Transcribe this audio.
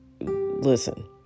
listen